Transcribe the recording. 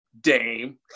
Dame